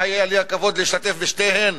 היה לי הכבוד להשתתף בשתיהן